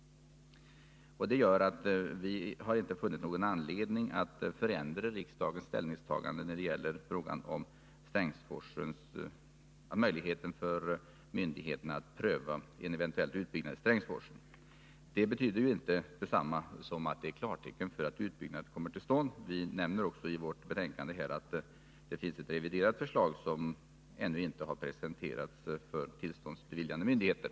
Det gör att vi inte har funnit någon anledning att förändra riksdagens ställningstagande när det gäller frågan om möjligheten för myndigheterna att pröva en eventuell utbyggnad i Strängsforsen. Det betyder inte detsamma som att det är klartecken för att en utbyggnad kommer till stånd. Vi nämner också i betänkandet att det finns ett reviderat förslag som ännu inte har presenterats för tillståndsbeviljande myndigheter.